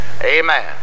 Amen